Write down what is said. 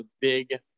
big